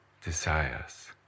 desires